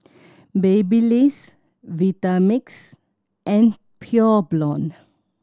Babyliss Vitamix and Pure Blonde